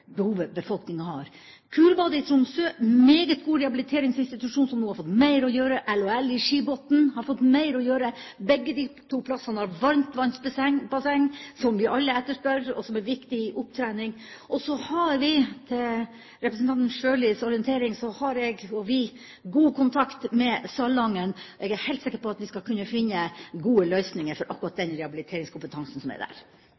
behovet befolkningen har. Kurbadet i Tromsø er en meget god rehabiliteringsinstitusjon som nå har fått mer å gjøre. LHL-senteret i Skibotn har fått mer å gjøre. Begge de to stedene har varmtvannsbasseng, som vi alle etterspør, og som er viktig i opptrening. Så har jeg og vi, til representanten Sjølis orientering, god kontakt med Salangen. Jeg er helt sikker på at vi skal kunne finne gode løsninger for akkurat den rehabiliteringskompetansen som er der.